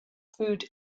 food